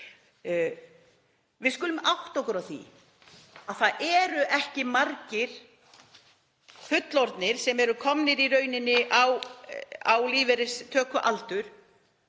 Við skulum átta okkur á því að það eru ekki margir fullorðnir sem eru komnir á lífeyristökualdur